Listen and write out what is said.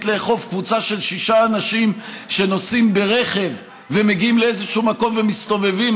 לאכוף בקבוצה של שישה אנשים שנוסעים ברכב ומגיעים לאיזה מקום ומסתובבים,